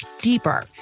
deeper